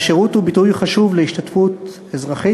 השירות הוא ביטוי חשוב להשתתפות אזרחית